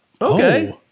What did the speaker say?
Okay